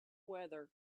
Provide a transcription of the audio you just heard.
weather